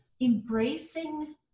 embracing